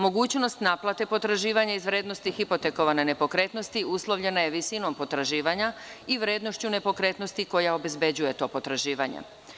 Mogućnost naplate potraživanja iz vrednosti hipotekovane nepokretnosti uslovljeno je visinom potraživanja i vrednošću nepokretnosti koja obezbeđuje to potraživanje.